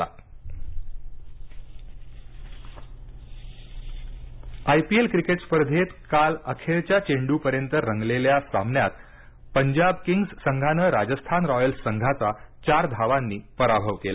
IPL IPL cricket स्पर्धेत काल अखेरच्या चेंड्रपर्यंत रंगलेल्या सामन्यात पंजाब किंग्ज संघानं राजस्थान रॉयल्स संघाचा चार धावांनी पराभव केला